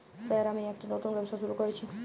Sir আমি একটি নতুন ব্যবসা শুরু করেছি?